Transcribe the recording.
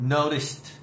Noticed